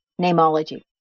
namology